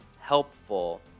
helpful